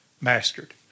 mastered